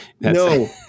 No